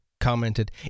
commented